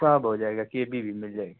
सब हो जेएगा केवी भी मिल जाएगी